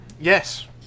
Yes